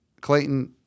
Clayton